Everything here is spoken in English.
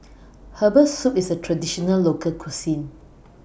Herbal Soup IS A Traditional Local Cuisine